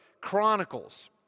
Chronicles